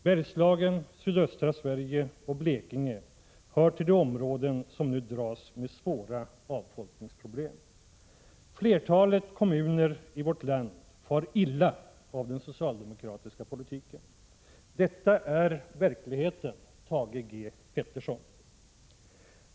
Bergslagen, sydöstra Sverige och Blekinge hör till de områden som nu dras med svåra avfolkningsproblem. Flertalet kommuner i vårt land far i dag illa av den socialdemokratiska politiken. Det är verkligheten, Thage Peterson.